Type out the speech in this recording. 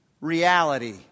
reality